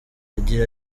agira